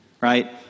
Right